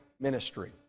ministry